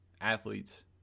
athletes